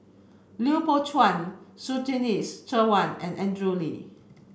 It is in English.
Lui Pao Chuen Surtini Sarwan and Andrew Lee